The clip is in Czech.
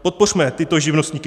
Podpořme tyto živnostníky.